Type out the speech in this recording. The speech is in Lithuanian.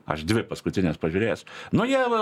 aš dvi paskutines pažiūrėjęs nu jie va